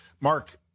Mark